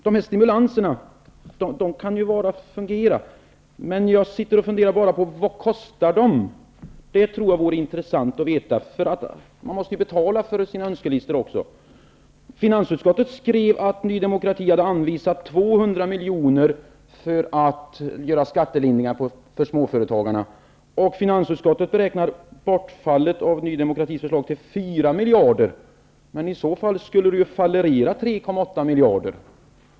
De stimulanser Bengt Dalström föreslår kan ju fungera, men jag funderar på vad de kostar. Det tror jag vore intressant att veta. Man måste ju också betala för sina önskelistor. Finansutskottet skrev att Ny demokrati hade anvisat 200 miljoner till skattelindringar för småföretagarna. Finansutskottet beräknar bortfallet som blir en följd av Ny demokratis förslag till 4 miljarder. Men i så fall skulle det ju fallera 3,8 miljarder!